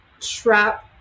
trap